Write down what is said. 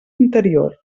interior